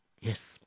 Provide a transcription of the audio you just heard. Yes